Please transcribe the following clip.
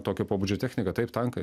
tokio pobūdžio techniką taip tankai